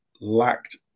lacked